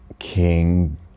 King